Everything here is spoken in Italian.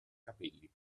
capelli